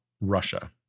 Russia